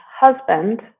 husband